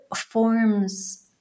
forms